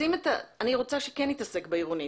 אני רוצה שכן נתעסק בעירונית.